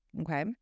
okay